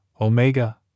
Omega